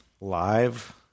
live